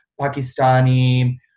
Pakistani